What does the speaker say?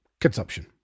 consumption